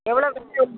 எவ்வளோ ஃபிஸ்ஸு